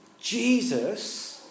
Jesus